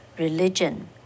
Religion